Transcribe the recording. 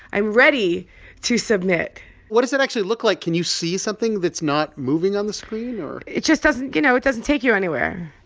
i'm ready to submit what does it actually look like? can you see something that's not moving on the screen? or. it just doesn't you know, it doesn't take you anywhere.